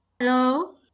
Hello